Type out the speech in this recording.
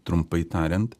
trumpai tariant